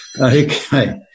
Okay